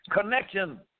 connection